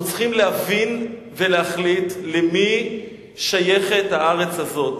אנחנו צריכים להבין ולהחליט למי שייכת הארץ הזאת.